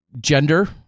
gender